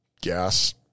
gas